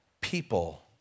people